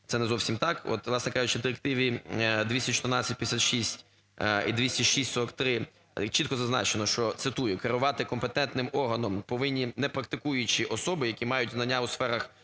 це не зовсім так. От, власне кажучи, в Директиві 21456 і 20643 чітко зазначено, що, цитую: "Керувати компетентним органом повинні не практикуючі особи, які мають знання у сферах,